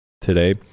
today